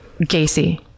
Gacy